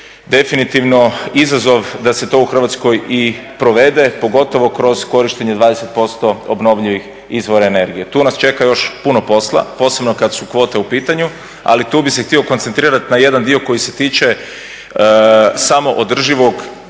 definitivno izazov da se to u Hrvatskoj i provede, pogotovo kroz korištenje 20% obnovljivih izvora energije. TU nas čeka još puno posla, posebno kad su kvote u pitanju. Ali tu bih se htio koncentrirati na jedan dio koji se tiče samoodrživog,